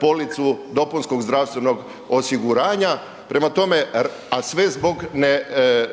policu dopunskog zdravstvenog osiguranja, prema tome, a sve zbog